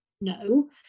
no